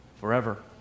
forever